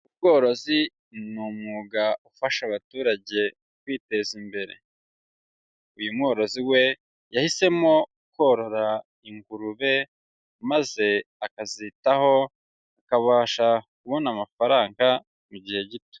Ubworozi ni umwuga ufasha abaturage kwiteza imbere. Uyu mworozi we yahisemo korora ingurube maze akazitaho akabasha kubona amafaranga mu gihe gito.